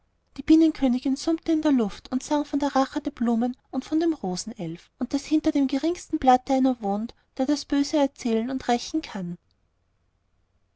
die bienenkönigin summte in der luft und sang von der rache der blumen und von dem rosenelf und daß hinter dem geringsten blatte einer wohnt der das böse erzählen und rächen kann